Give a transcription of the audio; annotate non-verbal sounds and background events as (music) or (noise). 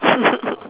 (laughs)